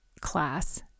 class